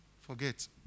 forget